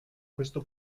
questo